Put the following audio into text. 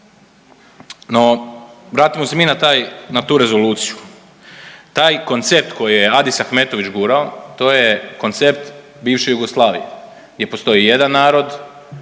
No vratimo se mi na taj, na tu Rezoluciju. Taj koncept koji je Adis Ahmetović gurao to je koncept bivše Jugoslavije gdje postoji jedan narod,